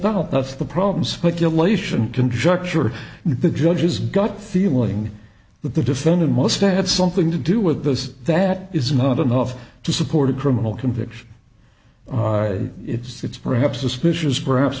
doubt that's the problem speculation conjecture and the judge's gut feeling that the defendant must have something to do with this that is not enough to support a criminal conviction and it's perhaps suspicious perhaps